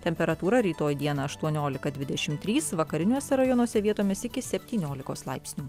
temperatūra rytoj dieną aštuoniolika dvidešim trys vakariniuose rajonuose vietomis iki septyniolikos laipsnių